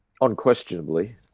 unquestionably